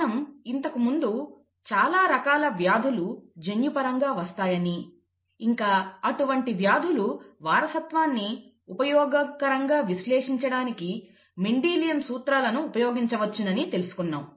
మనం ఇంతకు ముందు చాలా రకాల వ్యాధులు జన్యుపరంగా వస్తాయని ఇంకా అటువంటి వ్యాదులు వారసత్వాన్ని ఉపయోగకరంగా విశ్లేషించడానికి మెండిలియన్ సూత్రాలను ఉపయోగించవచ్చునని తెలుసుకున్నాము